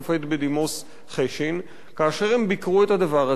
בדימוס חשין כאשר הם ביקרו את הדבר הזה,